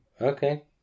okay